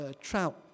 trout